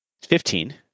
Fifteen